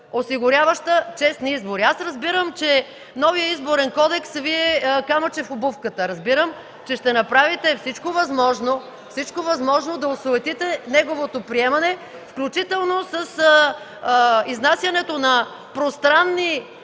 осигуряваща честни избори. Аз разбирам, че новият Изборен кодекс Ви е камъче в обувката. Разбирам, че ще направите всичко възможно да осуетите неговото приемане, включително с изнасянето на пространни